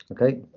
okay